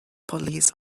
police